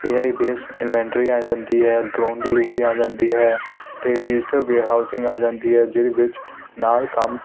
A I base inventory ਆ ਜਾਂਦੀ ਹੈ ਡਰੋਨ ਡਿਲੀਵਰੀ ਆ ਜਾਂਦੀ ਹੈ ਅਤੇ ਡਿਜੀਟਲ ਵਿਅਰਊਸਿੰਗ ਆ ਜਾਂਦੀ ਹੈ ਜਿਹਦੇ ਵਿੱਚ ਨਾਲ ਕੰਮ